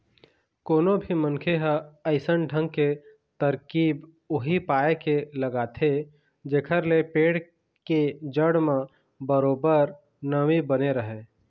कोनो भी मनखे ह अइसन ढंग के तरकीब उही पाय के लगाथे जेखर ले पेड़ के जड़ म बरोबर नमी बने रहय